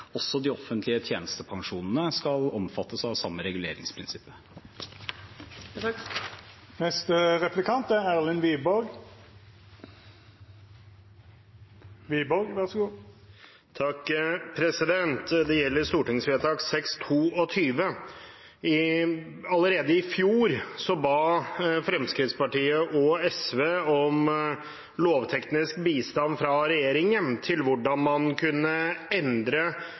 også de offentlige tjenestepensjonene skal omfattes av samme reguleringsprinsipper. Det gjelder stortingsvedtak 622. Allerede i fjor ba Fremskrittspartiet og SV om lovteknisk bistand fra regjeringen til hvordan man kunne endre